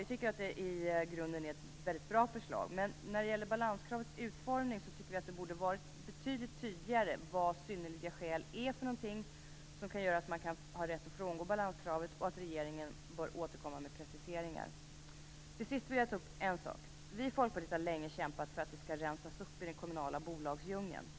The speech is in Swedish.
Vi tycker att det i grunden är ett bra förslag, men beträffande balanskravets utformning tycker vi att det borde ha varit tydligare vad "synnerliga skäl" är för någonting som gör att man kan frångå balanskravet. Vi anser att regeringen bör återkomma med preciseringar. Till sist: Vi i Folkpartiet har länge kämpat för att det skall rensas upp i den kommunala bolagsdjungeln.